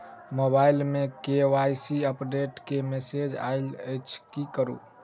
Mobile मे KYC update केँ message आइल अछि की करू?